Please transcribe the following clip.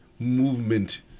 movement